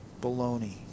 Baloney